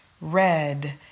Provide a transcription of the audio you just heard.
red